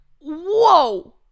whoa